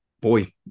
boy